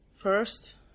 First